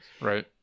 right